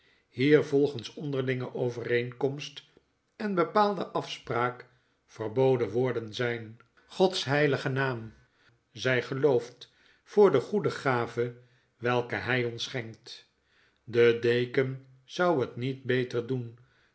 hier volgens onderlinge overeenkomst en bepaalde afspraak verboden woorden zyn gods heilige naam zy geloofd voor de goede gave welke hij ons schenkt de deken zou het niet beter doen